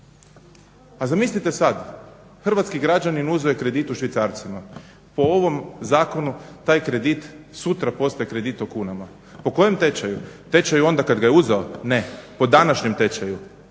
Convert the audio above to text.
Pa zamislite sad, Hrvatski građanin je uzeo kredit u švicarcima, po ovom zakonu taj kredit sutra postaje kredit u kunama. Po kojem tečaju? Tečaju onda kad ga je uzeo? Ne, po današnjem tečaju.